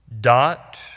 Dot